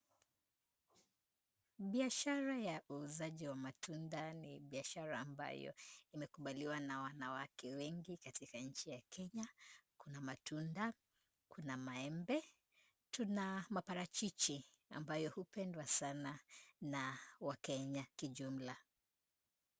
Biashara ya uuzaji wa matunda ni biashara ambayo imekubaliwa na wanawake wengi katika nchi ya Kenya. Kuna matunda. Kuna maembe. Tuna maparachichi ambayo hupendwa sana na wakenya kijumla.